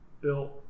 built